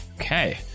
Okay